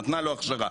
נתנה לו הכשרה.